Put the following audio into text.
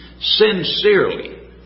Sincerely